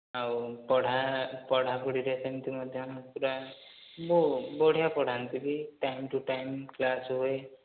ଆଉ ପଢା ପଢ଼ାପଢ଼ିରେ ସେମିତି ମଧ୍ୟ ପୁରା ବଢ଼ିଆ ପଢ଼ାନ୍ତି ବି ଟାଇମ୍ ଟୁ ଟାଇମ୍ କ୍ଲାସ୍ ହୁଏ